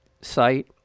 site